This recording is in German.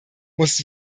muss